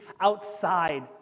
outside